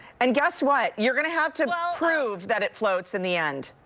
and guess what, you're going to have to prove that it floats in the end.